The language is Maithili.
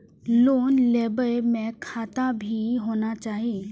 लोन लेबे में खाता भी होना चाहि?